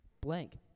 blank